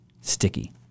sticky